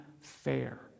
fair